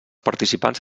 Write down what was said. participants